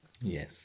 Yes